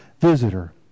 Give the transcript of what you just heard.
visitor